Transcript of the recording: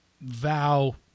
vow